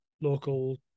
local